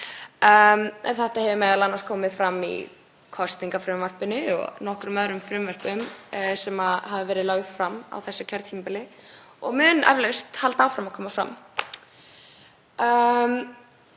eru sett. Það hefur m.a. komið fram í kosningafrumvarpinu og í nokkrum öðrum frumvörpum sem hafa verið lögð fram á þessu kjörtímabili og mun eflaust halda áfram að koma fram.